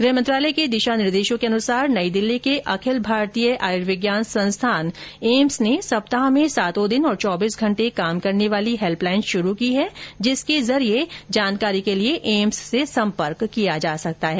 गृह मंत्रालय के दिशा निर्देशो के अनुसार नई दिल्ली के अखिल भारतीय आयुर्विज्ञान संस्थान एम्स ने सप्ताह में सातों दिन और चौबीस घंटे काम करने वाली हैल्पलाईन शुरू की है जिसके जरिए जानकारी के लिए एम्स से संपर्क किया जा सकता है